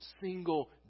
single